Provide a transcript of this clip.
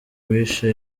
wishe